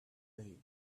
day